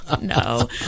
No